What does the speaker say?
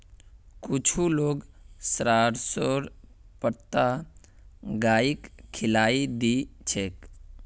कुछू लोग सरसोंर पत्ता गाइक खिलइ दी छेक